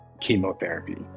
chemotherapy